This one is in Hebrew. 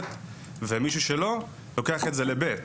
ומי שלא משרת, לוקח ל-ב'.